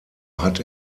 hat